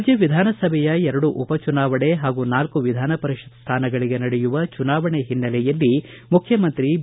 ರಾಜ್ಯ ವಿಧಾನಸಭೆಯ ಎರಡು ಉಪಚುನಾವಣೆ ಹಾಗೂ ನಾಲ್ಕು ವಿಧಾನಪರಿಷತ್ ಸ್ಥಾನಗಳಿಗೆ ನಡೆಯುವ ಚುನಾವಣೆ ಹಿನ್ನೆಲೆಯಲ್ಲಿ ಮುಖ್ಯಮಂತ್ರಿ ಬಿ